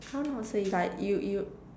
how do I say like you you